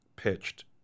Pitched